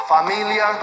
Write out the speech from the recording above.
Familia